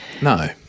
No